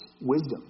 wisdom